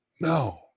No